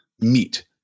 meet